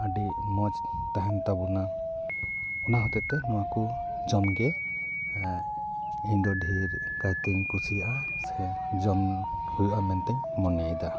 ᱟᱹᱰᱤ ᱢᱚᱡᱽ ᱛᱟᱦᱮᱱ ᱛᱟᱵᱚᱱᱟ ᱚᱱᱟ ᱦᱚᱛᱮ ᱛᱮ ᱱᱚᱣᱟ ᱠᱚ ᱡᱚᱢ ᱜᱮ ᱤᱧ ᱫᱚ ᱰᱷᱮᱨ ᱠᱟᱭᱛᱮᱧ ᱠᱩᱥᱤᱭᱟᱜᱼᱟ ᱥᱮ ᱡᱚᱢ ᱦᱩᱭᱩᱜᱼᱟ ᱢᱮᱱᱛᱮᱧ ᱢᱚᱱᱮᱭᱮᱫᱟ